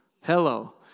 Hello